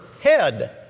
head